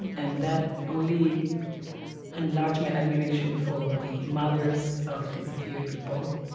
and that only enlarged my admiration for the mothers of disappeared people,